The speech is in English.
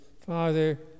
Father